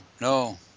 no